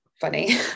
funny